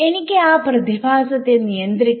എനിക്ക് ആ പ്രതിഭാസത്തെ നിയന്ത്രിക്കണം